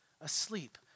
asleep